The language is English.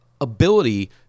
ability